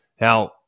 Now